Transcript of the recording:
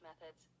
methods